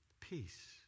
peace